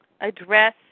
address